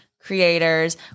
creators